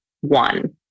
one